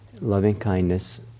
loving-kindness